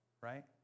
right